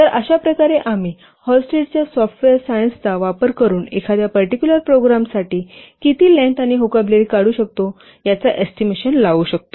तर अशाप्रकारे आम्ही हॉलस्टिडच्या सॉफ्टवेअर सायन्सचा वापर करून एखाद्या पर्टिक्युलर प्रोग्रामसाठी किती लेन्थ आणि व्होकॅब्युलरी काढू शकतो याचा एस्टिमेशन लावू शकतो